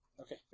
Okay